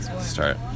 start